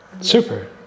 Super